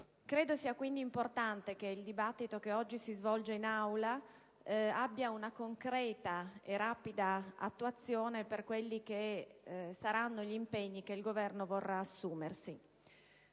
È quindi importante che il dibattito che oggi si svolge in Aula abbia una concreta e rapida attuazione per gli impegni che il Governo vorrà assumersi.